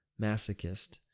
masochist